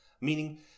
Meaning